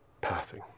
passing